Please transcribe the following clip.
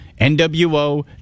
NWO